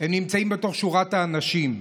הם נמצאים בתוך שורת אנשים.